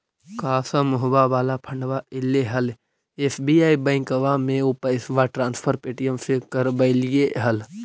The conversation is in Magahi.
का समुहवा वाला फंडवा ऐले हल एस.बी.आई बैंकवा मे ऊ पैसवा ट्रांसफर पे.टी.एम से करवैलीऐ हल?